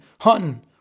hunting